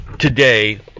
today